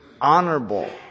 honorable